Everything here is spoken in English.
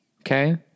Okay